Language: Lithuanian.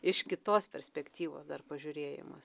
iš kitos perspektyvos dar pažiūrėjimas